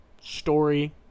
Story